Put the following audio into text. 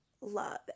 love